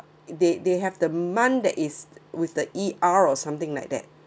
they they have the month that is with the E_R or something like that